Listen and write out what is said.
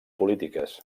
polítiques